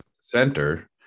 center